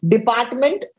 Department